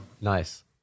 Nice